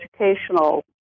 educational